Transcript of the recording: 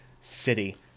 city